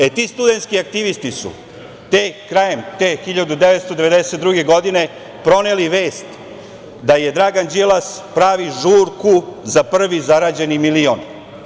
E, ti studentski aktivisti su krajem te 1992. godine proneli vest da Dragan Đilas pravi žurku za prvi zarađeni milion.